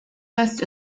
first